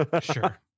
Sure